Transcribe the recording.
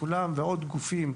כולם ועוד גופים,